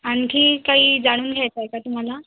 आणखी काही जाणून घ्यायचं आहे का तुम्हाला